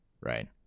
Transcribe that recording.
right